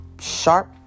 sharp